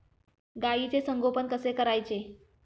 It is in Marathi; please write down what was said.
गाईचे संगोपन कसे करायचे?